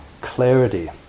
clarity